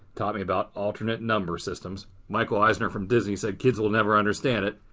taught me about alternate number systems. michael eisner from disney said kids will never understand it,